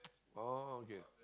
orh okay